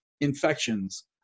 infections